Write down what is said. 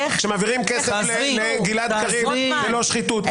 כשמעבירים כסף לגלעד קריב זה לא שחיתות,